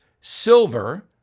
SILVER